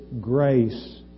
grace